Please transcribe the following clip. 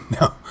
No